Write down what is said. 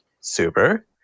Super